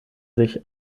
sich